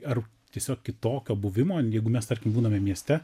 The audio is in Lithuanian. ar tiesiog kitokio buvimo jeigu mes tarkim būname mieste